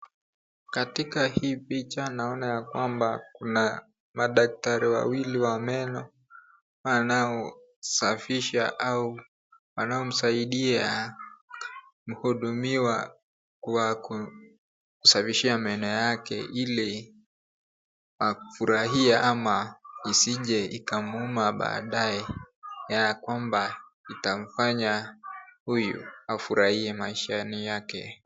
Katika hii picha naona ya kwamba kuna madaktari wawili wa meno wanaosafisha au wanao msaidia mhudumiwa kwa kusafishiwa meno yake ili afurahie ama isije ikamuuma baadae, yakwamba itamfanya huyu afurahie maishani yake.